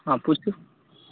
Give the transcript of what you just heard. हँ पुष्ट